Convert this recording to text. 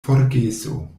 forgeso